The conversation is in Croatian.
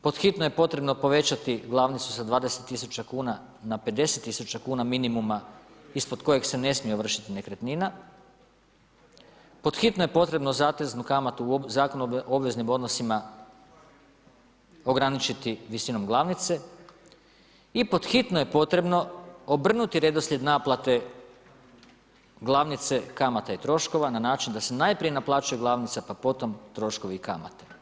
Pod hitno je potrebno povećati glavnicu sa 20 000 kuna na 50 000 kuna minimuma ispod kojeg se ne smije ovršiti nekretnina, pod hitno je potrebno zateznu kamatu u Zakonu o obveznim odnosima ograničiti visinom glavnice i pod hitno je potrebno obrnuti redoslijed naplate glavnice kamata i troškova na način da se najprije naplaćuje glavnica pa potom troškovi i kamata.